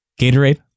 Gatorade